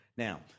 Now